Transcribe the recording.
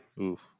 Oof